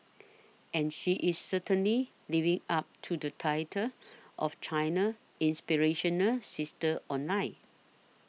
and she is certainly living up to the title of China's inspirational sister online